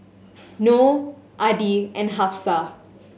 Noh Adi and Hafsa